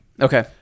Okay